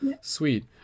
sweet